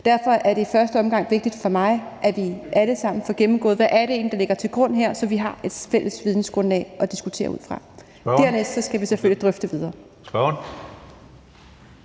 Derfor er det i første omgang vigtigt for mig, at vi alle sammen får gennemgået, hvad det egentlig er, der ligger til grund her, så vi har et fælles vidensgrundlag at diskutere ud fra. Dernæst skal vi selvfølgelig drøfte det videre.